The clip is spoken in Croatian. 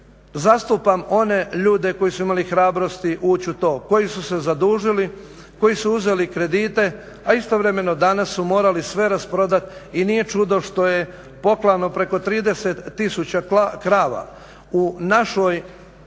zastupam one ljude koji su imali hrabrosti ući u to, koji su se zadužili, koji su uzeli kredite, a istovremeno danas su morali sve rasprodati i nije čudo što je poklano preko 30 000 krava. U našoj